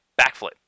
backflip